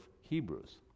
Hebrews